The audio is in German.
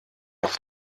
auf